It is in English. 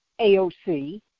AOC